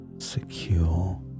secure